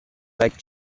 like